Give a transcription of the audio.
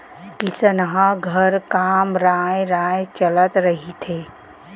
किसनहा घर काम राँय राँय चलत रहिथे